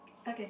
okay